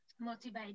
Motivate